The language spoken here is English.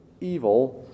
evil